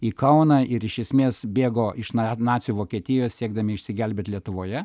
į kauną ir iš esmės bėgo iš na nacių vokietijos siekdami išsigelbėt lietuvoje